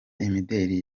imideli